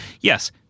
yes